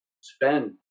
Spend